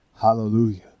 Hallelujah